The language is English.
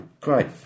Great